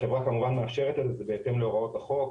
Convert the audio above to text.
החברה כמובן מאפשרת את זה בהתאם להוראות החוק,